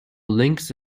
links